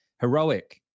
Heroic